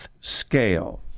scale